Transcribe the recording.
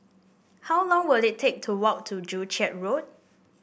how long will it take to walk to Joo Chiat Road